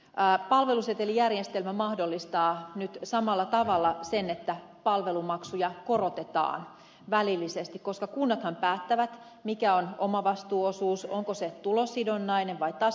palvelusetelijärjestelmä mahdollistaa nyt samalla tavalla sen että palvelumaksuja korotetaan välillisesti koska kunnathan päättävät mikä on omavastuuosuus onko se tulosidonnainen vai tasamaksu